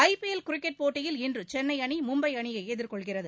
ஐ P L cricket போட்டியில் இன்று சென்னை அணி மும்பை அணியை எதிர்கொள்கிறது